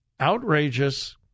outrageous